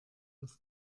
das